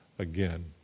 Again